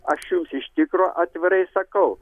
aš jums iš tikro atvirai sakau